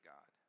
God